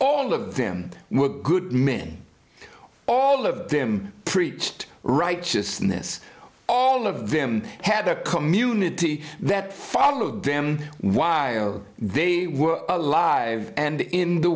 all of them were good men all of them preached righteousness all of them had a community that followed them while they were alive and in the